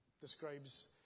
Describes